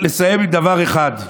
לסיים עם דבר אחד.